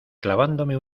clavándome